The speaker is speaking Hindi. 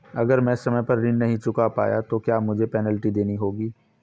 अगर मैं समय पर ऋण नहीं चुका पाया तो क्या मुझे पेनल्टी देनी होगी?